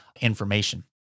information